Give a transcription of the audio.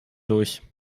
durch